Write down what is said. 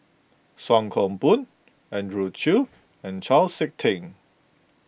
Song Koon Poh Andrew Chew and Chau Sik Ting